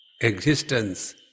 existence